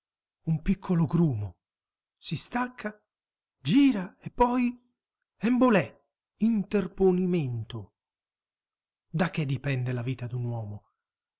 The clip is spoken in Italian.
un piccolo grumo si stacca gira e poi embolé interponimento da che dipende la vita d'un uomo